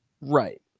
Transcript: Right